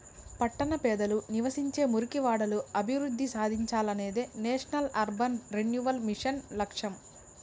పట్టణ పేదలు నివసించే మురికివాడలు అభివృద్ధి సాధించాలనేదే నేషనల్ అర్బన్ రెన్యువల్ మిషన్ లక్ష్యం